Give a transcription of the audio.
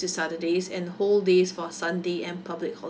to saturdays and whole days for sunday and public holiday